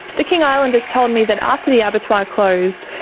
the king islanders told me that after the abattoir closed,